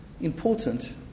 important